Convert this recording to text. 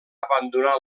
abandonar